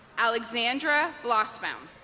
alexandra bloss-baum